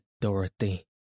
Dorothy